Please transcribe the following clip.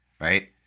right